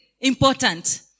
important